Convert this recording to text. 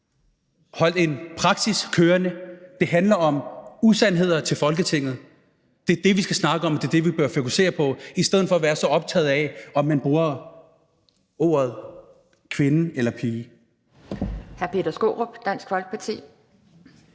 holdt en praksis kørende. Det handler om usandheder givet til Folketinget. Det er det, vi skal snakke om, det er det, vi bør fokusere på, i stedet for at være så optaget af, om man bruger ordet kvinde eller pige.